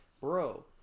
Bro